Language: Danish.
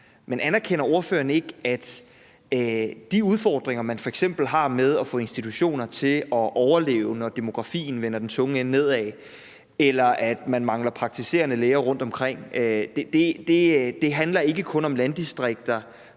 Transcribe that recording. men anerkender ordføreren ikke, at de udfordringer, man f.eks. har med at få institutioner til at overleve, når demografien vender den tunge ende nedad, eller som man har i forhold til at mangle praktiserende læger rundtomkring, ikke kun handler om landdistrikter